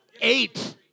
Eight